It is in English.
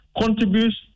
contributes